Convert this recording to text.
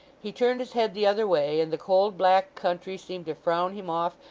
he turned his head the other way, and the cold black country seemed to frown him off,